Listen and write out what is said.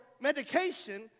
medication